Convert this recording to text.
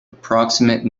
approximate